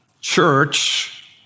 church